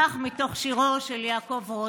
כך מתוך שירו של יעקב רוטבליט.